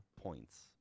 points